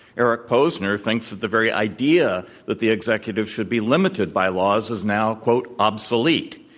eric posner thinks that the very idea that the executives should be limited by laws is now, quote, obsolete.